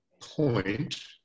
point